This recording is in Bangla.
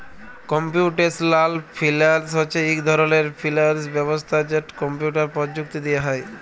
কম্পিউটেশলাল ফিল্যাল্স হছে ইক ধরলের ফিল্যাল্স ব্যবস্থা যেট কম্পিউটার পরযুক্তি দিঁয়ে হ্যয়